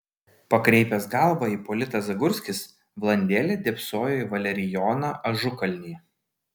pakreipęs galvą ipolitas zagurskis valandėlę dėbsojo į valerijoną ažukalnį